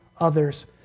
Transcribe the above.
others